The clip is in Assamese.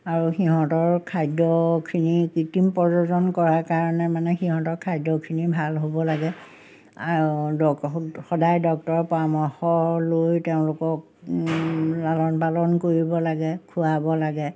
আৰু সিহঁতৰ খাদ্যখিনি কৃত্ৰিম কৰাৰ কাৰণে মানে সিহঁতৰ খাদ্যখিনি ভাল হ'ব লাগে আৰু সদায় ডক্টৰৰ পৰামৰ্শ লৈ তেওঁলোকক লালন পালন কৰিব লাগে খুৱাব লাগে